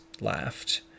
laughed